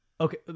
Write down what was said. okay